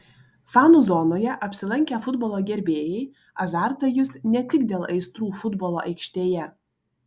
fanų zonoje apsilankę futbolo gerbėjai azartą jus ne tik dėl aistrų futbolo aikštėje